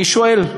אני שואל: